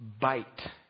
bite